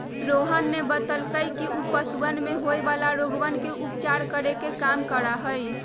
रोहन ने बतल कई कि ऊ पशुवन में होवे वाला रोगवन के उपचार के काम करा हई